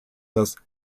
das